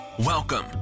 Welcome